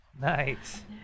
Nice